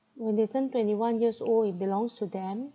when they turn twenty one years old it belongs to them